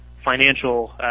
financial